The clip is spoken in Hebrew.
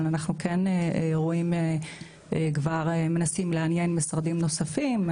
אבל אנחנו כבר מנסים לעניין משרדים נוספים.